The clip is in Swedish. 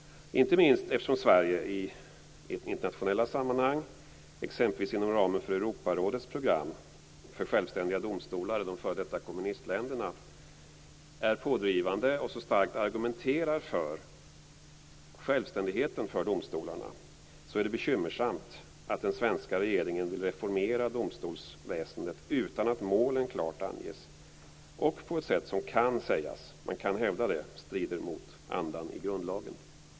Inte minst eftersom Sverige i internationella sammanhang, t.ex. inom ramen för Europarådets program för självständiga domstolar i de f.d. kommunistländerna, är pådrivande och så starkt argumenterar för självständigheten för domstolarna är det bekymmersamt att den svenska regeringen vill reformera domstolsväsendet utan att målen klart anges och på ett sätt som kan sägas - man kan hävda det - strider mot andan i grundlagen.